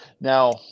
Now